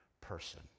person